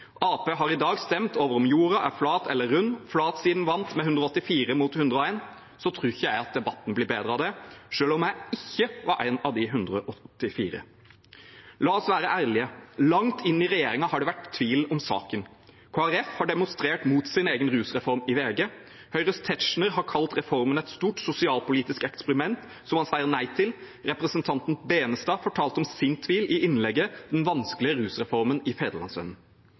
Ap har i dag stemt over om jorda er flat eller rund, flatsiden vant med 184 mot 101. Jeg tror ikke debatten blir bedre av det, selv om jeg ikke var én av de 184. La oss være ærlige: Langt inn i regjeringen har det vært tvil om saken. Kristelig Folkeparti har demonstrert mot sin egen rusreform i VG. Høyres Tetzschner har kalt reformen et stort sosialpolitisk eksperiment, som han sier nei til. Representanten Benestad fortalte om sin tvil i innlegget «Den vanskelig rusreformen» i